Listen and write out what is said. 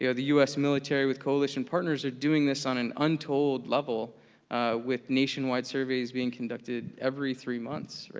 you know the u s. military with coalition partners are doing this on an untold level with nationwide surveys being conducted every three months,